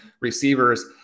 receivers